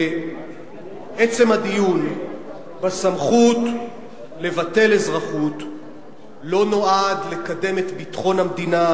עצם הדיון בסמכות לבטל אזרחות לא נועד לקדם את ביטחון המדינה,